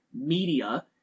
media